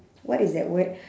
what is that word